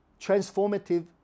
transformative